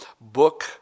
book